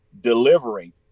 delivering